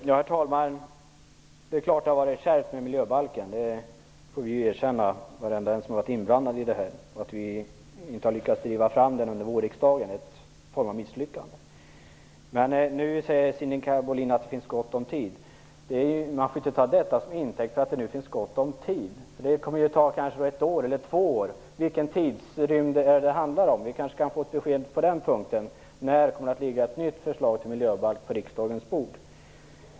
Herr talman! Det är klart att det har varit kärvt med miljöbalken. Det får vi, varenda en som har varit inblandad, erkänna. Att vi inte har lyckats driva fram den under vårriksdagen är en form av misslyckande. Nu säger Sinikka Bohlin att det finns gott om tid. Man får inte ta återvisningen till intäkt för att det finns gott om tid. Det kommer kanske att ta ett år eller två. Vilken tidsrymd handlar det om? Vi kanske kan få ett besked på den punkten. När kommer det att ligga ett nytt förslag till miljöbalk på riksdagens bord?